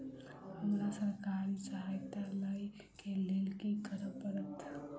हमरा सरकारी सहायता लई केँ लेल की करऽ पड़त?